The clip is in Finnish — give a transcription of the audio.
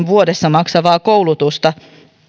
vuodessa maksavaa koulutusta